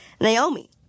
Naomi